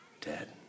dead